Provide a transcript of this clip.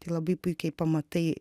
tai labai puikiai pamatai